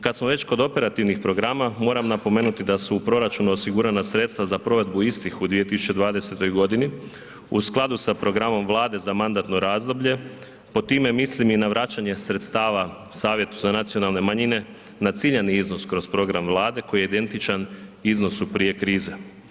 Kad smo već kod operativnih programa moram napomenuti da su u proračunu osigurana sredstva za provedbu istih u 2020.g. u skladu sa programom Vlade za mandatno razdoblje, pod time mislim i na vraćanje sredstava Savjetu za nacionalne manjine na ciljani iznos kroz program Vlade koji je identičan iznosu prije krize.